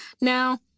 Now